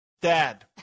dad